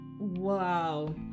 Wow